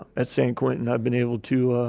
at san quentin. i've been able to, ah,